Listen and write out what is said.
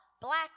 black